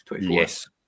Yes